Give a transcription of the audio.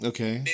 Okay